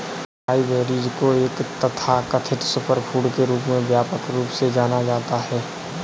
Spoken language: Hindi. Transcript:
अकाई बेरीज को एक तथाकथित सुपरफूड के रूप में व्यापक रूप से जाना जाता है